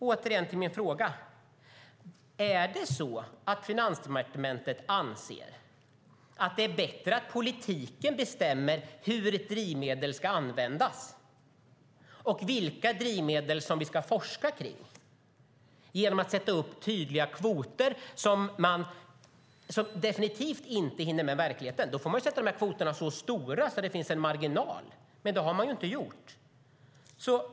Återigen till min fråga: Är det så att Finansdepartementet anser att det är bättre att politiken bestämmer hur ett drivmedel ska användas och vilka drivmedel vi ska forska på, genom att sätta upp tydliga kvoter som definitivt inte hinner med verkligheten? Då får man ju göra kvoterna så stora att det finns en marginal, men det har man inte gjort.